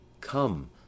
come